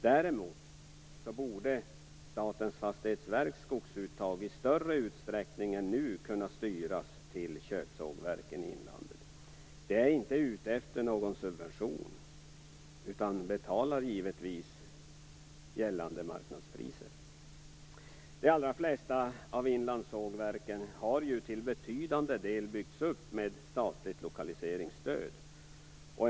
Däremot borde Statens fastighetsverks skogsuttag i större utsträckning än nu kunna styras till köpsågverken i inlandet. De är inte ute efter någon subvention utan betalar givetvis gällande marknadspriser. De allra flesta av inlandssågverken har ju till betydande del byggts upp med statligt lokaliseringsstöd.